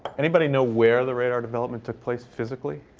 anybody know where the radar development took place physically?